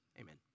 amen